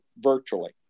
virtually